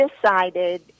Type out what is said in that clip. decided